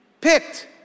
picked